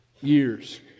Years